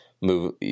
move